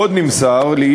עוד נמסר לי,